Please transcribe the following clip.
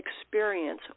experience